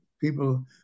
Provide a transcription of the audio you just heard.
people